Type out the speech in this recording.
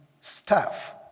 staff